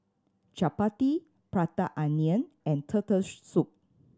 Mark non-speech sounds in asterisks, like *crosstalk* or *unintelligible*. chappati Prata Onion and turtle *unintelligible* soup